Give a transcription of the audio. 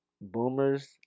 Boomers